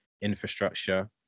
infrastructure